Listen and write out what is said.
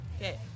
Okay